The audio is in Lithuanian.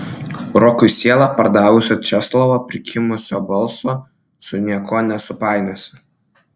rokui sielą pardavusio česlovo prikimusio balso su niekuo nesupainiosi